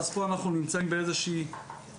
פה אנחנו נמצאים באיזו בעיה.